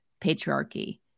patriarchy